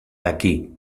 aquí